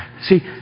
See